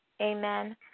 Amen